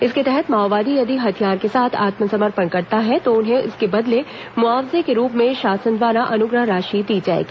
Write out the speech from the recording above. इसके तहत माओवादी यदि हथियार के साथ आत्मसमर्पण करता है तो उन्हें इसके बदले मुआवजे के रूप में शासन द्वारा अनुग्रह राशि दी जाएगी